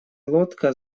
лодка